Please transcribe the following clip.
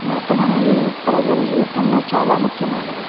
మతం అనేది ప్రజల జీవితంలో చాలా ముఖ్యమైనది